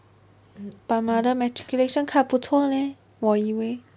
but matriculation card 不错 leh 我以为